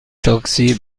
تاکسی